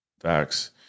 Facts